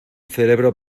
cerebro